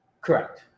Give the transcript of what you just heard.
Correct